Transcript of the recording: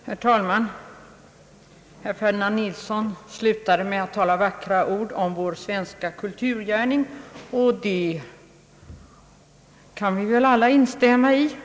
Herr talman! Herr Ferdinand Nilsson slutade med att tala vackra ord om vår svenska kulturgärning, och de orden kan vi väl alla instämma i.